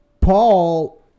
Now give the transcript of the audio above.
Paul